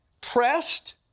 pressed